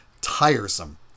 tiresome